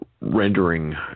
rendering